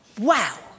Wow